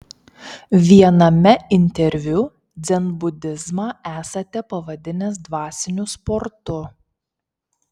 viename interviu dzenbudizmą esate pavadinęs dvasiniu sportu